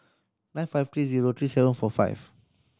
nine five three zero three seven four five